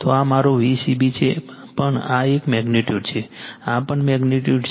તો આ મારો Vcb છે પણ આ એક મેગ્નિટ્યુડ છે આ પણ મેગ્નિટ્યુડ છે